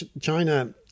China